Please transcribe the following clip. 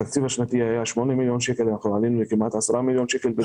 התקציב השנתי היה 8 מיליון שקלים ואנחנו עלינו לכמעט 10 מיליון שקלים.